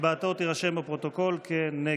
הצבעתו תירשם בפרוטוקול כנגד.